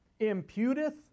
imputeth